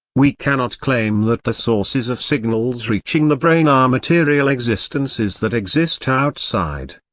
we cannot claim that the sources of signals reaching the brain are material existences that exist outside.